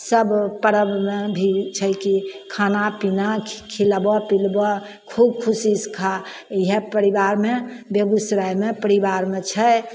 सब पर्बमे भी छै की खानापीना खि खिलाबऽ पिलबऽ खूब खुशीसँ खा इहए परिबारमे बेगुसरायमे परिबारमे छै